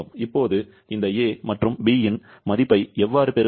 இப்போது இந்த a மற்றும் b இன் மதிப்பை எவ்வாறு பெறுவது